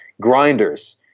grinders